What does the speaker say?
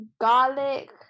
garlic